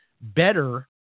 better